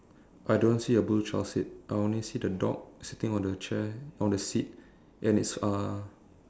I don't see a blue child seat I only see the dog sitting on the chair on the seat and it's uh